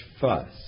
fuss